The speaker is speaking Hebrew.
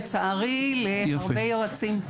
זו המציאות שלנו לצערי להרבה יועצים.